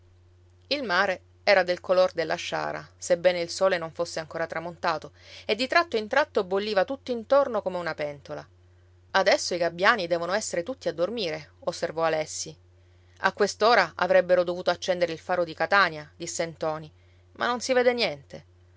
il mare era del color della sciara sebbene il sole non fosse ancora tramontato e di tratto in tratto bolliva tutt'intorno come una pentola adesso i gabbiani devono essere tutti a dormire osservò alessi a quest'ora avrebbero dovuto accendere il faro di catania disse ntoni ma non si vede niente